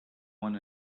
want